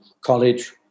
college